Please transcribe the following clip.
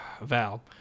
Val